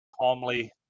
Calmly